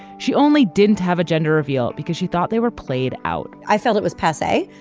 she only didn't have a gender reveal because she thought they were played out i felt it was passe.